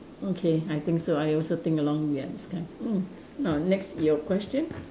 okay I think so I also think along we are this kind mm now next your question